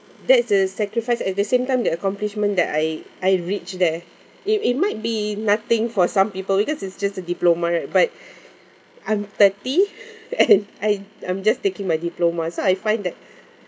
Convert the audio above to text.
that is the sacrifice at the same time the accomplishment that I I reach there it it might be nothing for some people because it's just a diploma right but I'm thirty and I I'm just taking my diploma so I find that